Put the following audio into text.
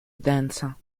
densa